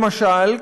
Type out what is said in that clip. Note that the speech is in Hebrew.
למשל,